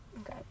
Okay